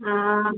हाँ